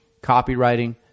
copywriting